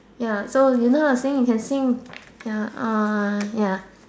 ya so you know how to sing you can sing ya uh ya